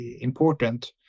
important